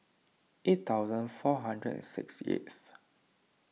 eight thousand four hundred and sixty eighth